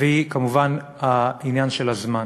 והיא כמובן העניין של הזמן.